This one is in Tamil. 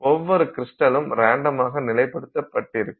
ஒவ்வொரு கிரிஸ்டலும் ரேண்டமாக நிலைப்படுத்தப்பட்டிருக்கும்